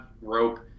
rope